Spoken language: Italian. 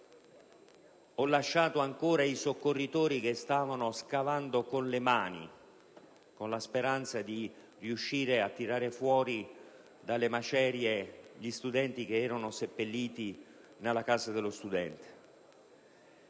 ho lasciato i soccorritori che ancora stavano scavando con le mani nella speranza di riuscire a tirar fuori dalle macerie gli studenti che erano seppelliti nella Casa dello studente